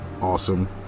awesome